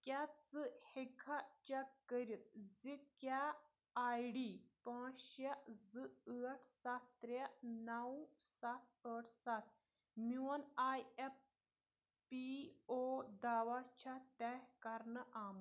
کیٛاہ ژٕ ہیٚکھا چیٚک کٔرتھ زِ کیٛاہ آیۍ ڈی پانٛژھ شےٚ زٕ ٲٹھ سَتھ ترٛےٚ نَو سَتھ ٲٹھ ستھ میون آیۍ ایف پی او داوہ چھا طے کَرنہٕ آمُت